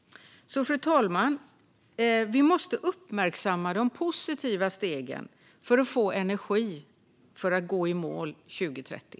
Fru talman! Vi måste uppmärksamma de positiva stegen för att få energi för att gå i mål 2030.